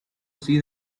see